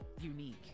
unique